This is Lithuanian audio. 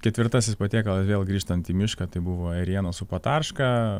ketvirtasis patiekalas vėl grįžtant į mišką tai buvo ėrienos su patarška